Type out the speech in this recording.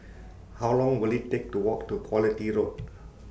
How Long Will IT Take to Walk to Quality Road